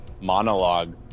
monologue